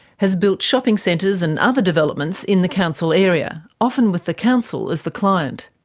has built shopping centres and other developments in the council area, often with the council as the client.